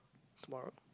tomorrow